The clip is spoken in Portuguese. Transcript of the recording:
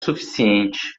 suficiente